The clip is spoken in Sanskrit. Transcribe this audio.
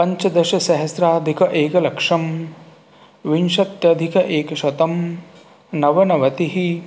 पञ्चदशसहस्राधिक एकलक्षं विंशत्यधिक एकशतम् नवनवतिः